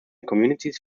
communities